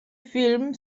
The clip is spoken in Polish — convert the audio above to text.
film